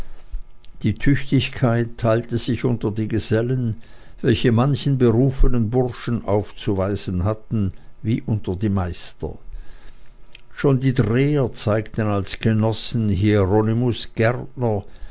die tüchtigkeit teilte sich unter die gesellen welche manchen berufenen burschen aufzuweisen hatten wie unter die meister schon die dreher zeigten als genossen hieronymus gärtner